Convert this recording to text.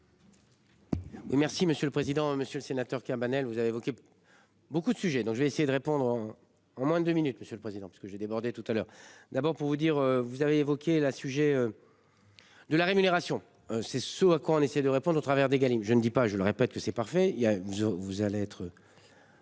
monsieur le président, Monsieur le Sénateur Cabanel vous avez-vous. Beaucoup de sujets, donc je vais essayer de répondre. Au moins deux minutes Monsieur le Président parce que j'ai débordé tout à l'heure, d'abord pour vous dire vous avez évoqué la sujet. De la rémunération, c'est ce à quoi on essaie de répondre au travers des gamines, je ne dis pas, je le répète que c'est parfait, il y a vous,